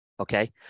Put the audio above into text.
Okay